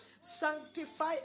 Sanctify